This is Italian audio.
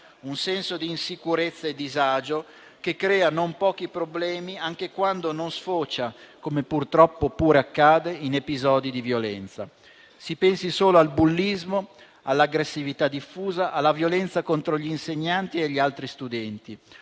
un senso di insicurezza e disagio, che crea non pochi problemi, anche quando non sfocia - come purtroppo pure accade - in episodi di violenza. Si pensi solo al bullismo, all'aggressività diffusa, alla violenza contro gli insegnanti e agli altri studenti,